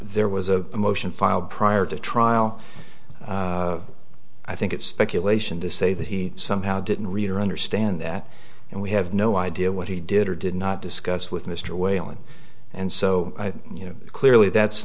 there was a motion filed prior to trial i think it's speculation to say that he somehow didn't read or understand that and we have no idea what he did or did not discuss with mr whalen and so you know clearly that's